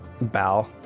bow